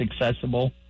accessible